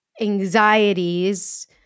anxieties